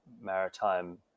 maritime